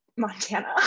Montana